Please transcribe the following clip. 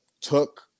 took